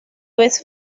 vez